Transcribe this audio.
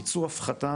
ביצעו הפחתה